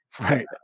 Right